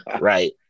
Right